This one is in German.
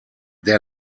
der